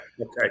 Okay